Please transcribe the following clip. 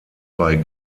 bei